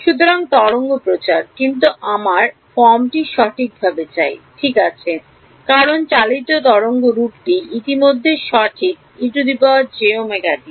সুতরাং তরঙ্গ প্রচার কিন্তু আমরা ফর্মটি সঠিকভাবে চাই ঠিক আছে কারণ চালিত তরঙ্গরূপটি ইতিমধ্যে সঠিক ejωt সুতরাং থেকে নাড়ি